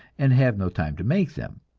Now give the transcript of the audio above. and have no time to make them.